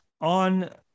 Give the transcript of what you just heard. on